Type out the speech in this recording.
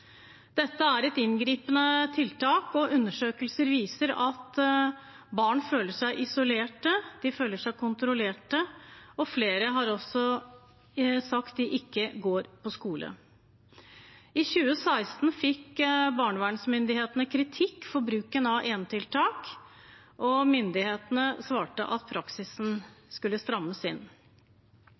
Dette er et inngripende tiltak, og undersøkelser viser at barn føler seg isolerte og kontrollerte. Flere har også sagt at de ikke går på skole. I 2016 fikk barnevernsmyndighetene kritikk for bruken av enetiltak. Myndighetene svarte at praksisen skulle strammes inn.